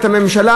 את הממשלה,